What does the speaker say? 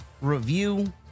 review